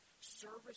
service